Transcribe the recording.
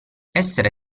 essere